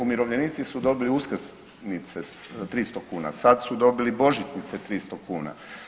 Umirovljenici su dobili uskrsnice 300 kuna, sad su dobili božićnice 300 kuna.